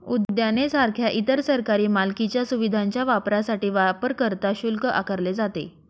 उद्याने सारख्या इतर सरकारी मालकीच्या सुविधांच्या वापरासाठी वापरकर्ता शुल्क आकारले जाते